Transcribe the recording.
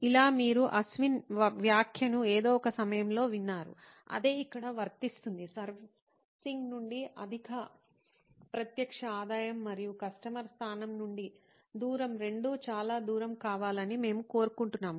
ఇలా మీరు అశ్విన్ వ్యాఖ్యను ఏదో ఒక సమయంలో విన్నారు అదే ఇక్కడ వర్తిస్తుంది సర్వీసింగ్ నుండి అధిక ప్రత్యక్ష ఆదాయం మరియు కస్టమర్ స్థానం నుండి దూరం రెండూ చాలా దూరం కావాలని మేము కోరుకుంటున్నాము